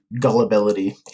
gullibility